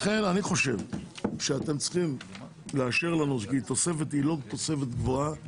לכן אני חושב שאתם צריכים לאשר לנו תוספת מה גם שהתוספת היא לא גבוהה.